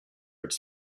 its